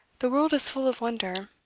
the world is full of wonder.